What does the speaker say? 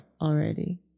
already